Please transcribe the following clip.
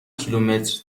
کیلومتر